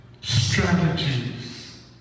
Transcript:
strategies